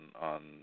on